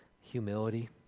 humility